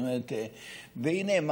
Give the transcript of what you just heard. והינה,